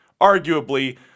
arguably